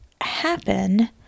happen